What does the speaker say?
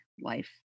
life